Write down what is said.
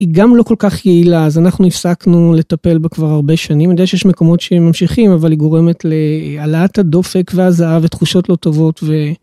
היא גם לא כל כך יעילה, אז אנחנו הפסקנו לטפל בה כבר הרבה שנים. אני יודע שיש מקומות שהם ממשיכים, אבל היא גורמת להעלאת הדופק והזעה ותחושות לא טובות ו...